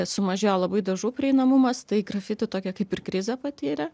sumažėjo labai dažų prieinamumas tai grafiti tokią kaip ir krizę patyrė